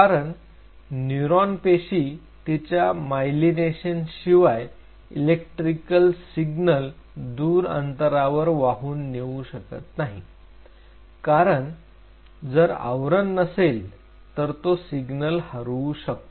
कारण न्यूरॉन पेशी तिच्या मायलिनेशन शिवाय इलेक्ट्रिकल सिग्नल दूर अंतरावर वाहून येऊ शकत नाही कारण पण जर आवरण नसेल तर तो सिग्नल हरवू शकतो